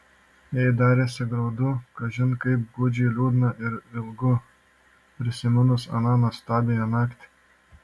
jai darėsi graudu kažin kaip gūdžiai liūdna ir ilgu prisiminus aną nuostabiąją naktį